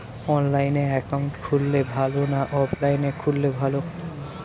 অনলাইনে একাউন্ট খুললে ভালো না অফলাইনে খুললে ভালো?